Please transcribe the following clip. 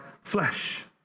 flesh